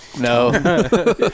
No